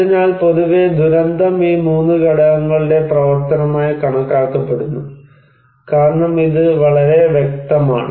അതിനാൽ പൊതുവെ ദുരന്തം ഈ 3 ഘടകങ്ങളുടെ പ്രവർത്തനമായി കണക്കാക്കപ്പെടുന്നു കാരണം ഇത് വളരെ വ്യക്തമാണ്